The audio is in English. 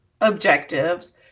objectives